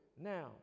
now